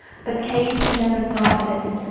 but kate never saw it.